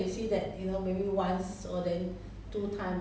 !huh! what do you mean you not obligated to play [what]